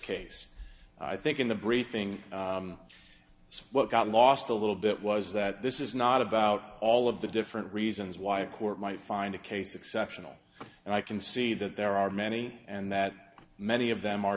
case i think in the briefing what got lost a little bit was that this is not about all of the different reasons why a court might find a case exceptional and i can see that there are many and that many of them are